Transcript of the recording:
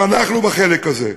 ואנחנו בחלק הזה.